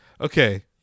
Okay